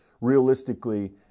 realistically